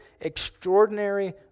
extraordinary